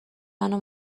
منو